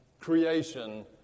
creation